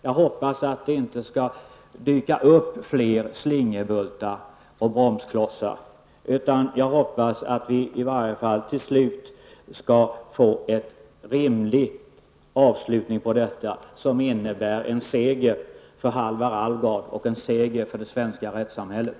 Jag hoppas att det inte skall dyka upp fler slingerbultar och bromsklossar. Jag hoppas att vi i varje fall till slut skall få till stånd en rimlig avslutning på detta, som innebär en seger för Halvar Alvgard och en seger för det svenska rättssamhället.